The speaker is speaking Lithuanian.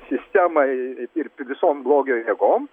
sistemai ir visom blogio jėgom